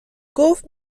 گفت